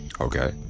Okay